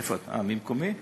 במקומי?